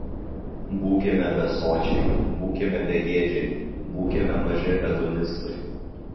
būkime besočiai būkime begėdžiai būkime maži hedonistai